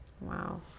Wow